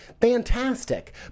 fantastic